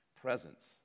presence